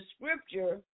scripture